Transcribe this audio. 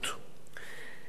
היות שזה לא נושא חדש,